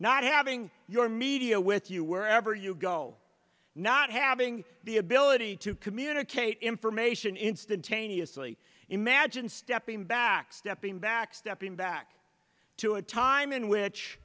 not having your media with you wherever you go not having the ability to communicate information instantaneously imagine stepping back stepping back stepping back to a time in which